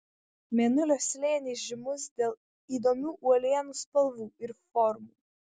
mėnulio slėnis žymus dėl įdomių uolienų spalvų ir formų